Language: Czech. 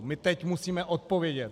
My teď musíme odpovědět.